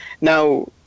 Now